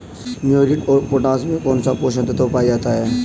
Muriate of potash में कौन सा पोषक तत्व पाया जाता है?